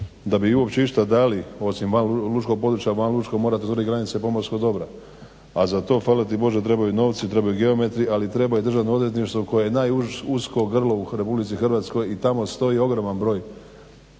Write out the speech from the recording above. da bi uopće išta dali osim val lučkog područja, val lučko mora do donje granice pomorskog dobra, a za to hvala ti Bože trebaju novci, trebaju geometri, ali treba i Državno odvjetništvo koje je najusko grlo u RH i tamo stoji ogroman broj